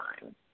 Time